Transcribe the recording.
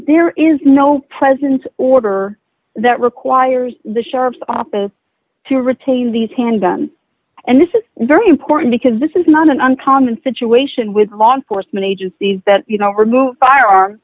there is no presence order that requires the sheriff's office to retain these handguns and this is very important because this is not an uncommon situation with law enforcement agencies that you know vermouth firear